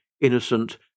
innocent